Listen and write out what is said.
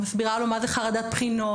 מסבירה לו מה זה חרדת בחינות,